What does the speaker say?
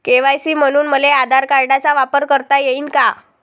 KYC म्हनून मले आधार कार्डाचा वापर करता येईन का?